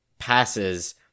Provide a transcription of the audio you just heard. passes